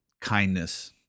kindness